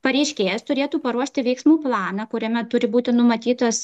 pareiškėjas turėtų paruošti veiksmų planą kuriame turi būti numatytos